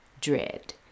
dread